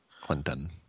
clinton